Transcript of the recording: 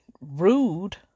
rude